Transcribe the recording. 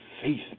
faith